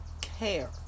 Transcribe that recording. care